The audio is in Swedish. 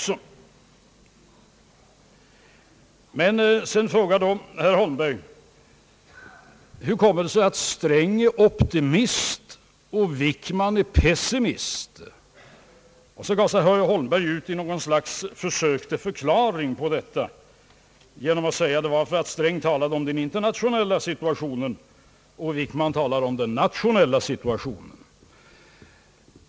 Så frågade då herr Holmberg: Hur kommer det sig att herr Sträng är optimist och herr Wickman är pessimist? Herr Holmberg försökte ge en förklaring på detta genom att säga, att det berodde på att herr Sträng talade om den internationella situationen och herr Wickman om den nationella.